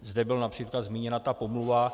Zde byla například zmíněna ta pomluva.